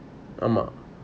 ஆமா:ama